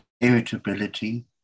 irritability